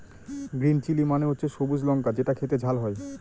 green chilli মানে হচ্ছে সবুজ লঙ্কা যেটা খেতে ঝাল হয়